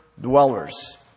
dwellers